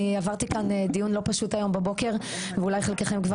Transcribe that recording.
אני עברתי כאן דיון לא פשוט היום בבוקר ואולי חלקכם כבר